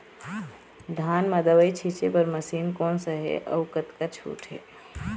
धान म दवई छींचे बर मशीन कोन सा हे अउ कतका छूट हे?